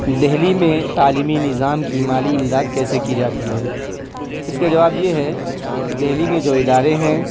دہلی میں تعلیمی نظام کی مالی امداد کیسے کی جاتی ہے اس کا جواب یہ ہے کہ دہلی میں جو ادارے ہیں